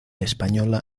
española